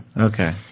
Okay